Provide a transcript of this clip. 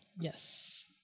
Yes